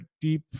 deep